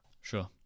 Sure